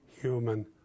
human